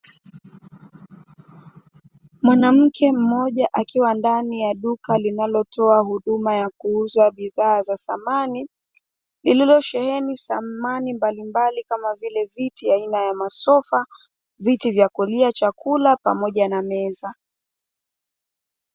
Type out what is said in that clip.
Mwanamke mmoja akiwa ndani ya duka linalotoa huduma ya kuuza bidhaa za samani lililosheheni samani mbalimbali kama vile viti aina ya masofa, viti vya kulia chakula pamoja na meza.